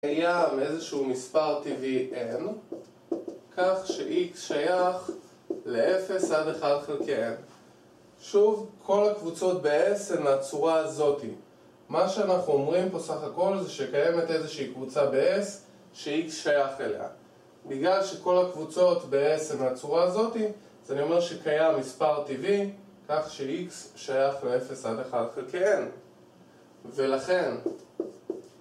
קיים איזשהו מספר טבעי n כך שx שייך ל0 עד 1 חלקי n שוב, כל הקבוצות ב-s הן לצורה הזאתי מה שאנחנו אומרים פה סך הכל זה שקיימת איזושהי קבוצה ב-s שx שייך אליה בגלל שכל הקבוצות ב-s הן לצורה הזאתי אז אני אומר שקיים מספר טבעי כך שx שייך ל-0 עד 1 חלקי n ולכן